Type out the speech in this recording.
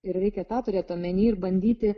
ir reikia tą turėt omeny ir bandyti